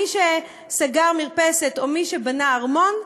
מי שסגר מרפסת ומי שבנה ארמון,